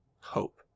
Hope